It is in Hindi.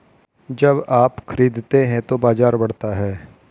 जब आप खरीदते हैं तो बाजार बढ़ता है